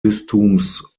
bistums